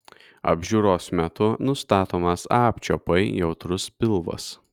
apžiūros metu nustatomas apčiuopai jautrus pilvas